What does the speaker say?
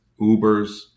Ubers